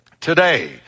today